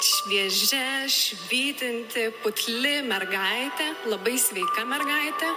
šviežia švytinti putli mergaitė labai sveika mergaitė